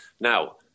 Now